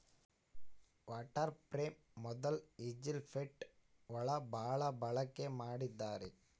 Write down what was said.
water frame ಮೊದ್ಲು Egypt ಒಳಗ ಭಾಳ ಬಳಕೆ ಮಾಡಿದ್ದಾರೆ